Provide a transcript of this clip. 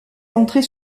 entrées